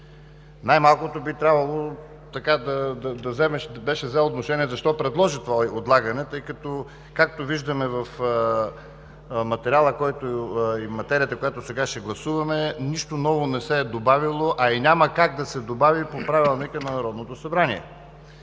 Най-малкото, би трябвало да вземе отношение защо предложи това отлагане, тъй като, както виждаме в материята, която сега ще гласуваме, нищо ново не се е добавило, а и няма как да се добави по Правилника за Народното събрание.